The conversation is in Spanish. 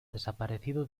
desaparecido